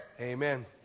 Amen